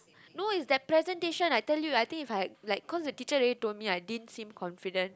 no it's that presentation I tell you I think if I had like cause the teacher already told me I didn't seem confident